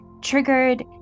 triggered